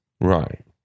Right